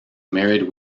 married